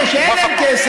בעוד אלה שאין להם כסף,